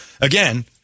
Again